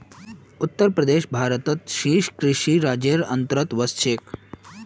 उत्तर प्रदेश भारतत शीर्ष कृषि राज्जेर अंतर्गतत वश छेक